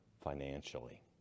financially